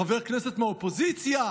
חבר כנסת מהאופוזיציה?